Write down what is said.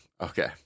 Okay